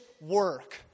work